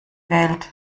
wählt